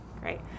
Great